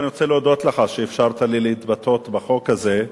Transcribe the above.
אני רוצה להודות לך על שאפשרת לי להתבטא בחוק הזה,